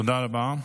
תודה רבה.